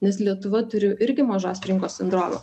nes lietuva turi irgi mažos rinkos sindromą